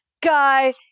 guy